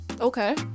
okay